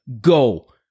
Go